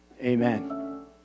Amen